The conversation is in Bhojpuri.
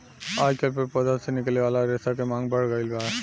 आजकल पेड़ पौधा से निकले वाला रेशा के मांग बढ़ गईल बा